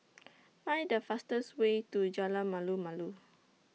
Find The fastest Way to Jalan Malu Malu